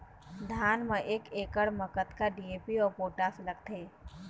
धान म एक एकड़ म कतका डी.ए.पी अऊ पोटास लगथे?